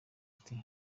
ati